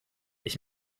ich